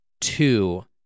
Two